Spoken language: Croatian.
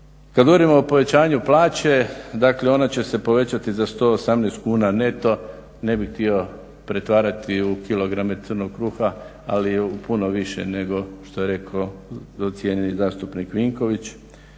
Kada govorimo o povećanju dakle ona će se povećati za 118 kuna neto ne bih htio pretvarati u kilograme kruha ali puno više nego što je rekao cijenjeni zastupnik Vinković.